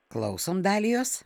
klausom dalijos